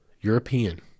European